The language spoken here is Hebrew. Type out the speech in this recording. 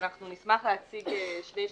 אנחנו נשמח להציג שני שקפים.